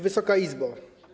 Wysoka Izbo!